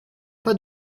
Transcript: pas